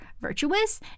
virtuous